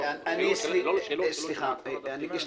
עבד אל חכים חאג' יחיא (הרשימה המשותפת): ההתליה שלו.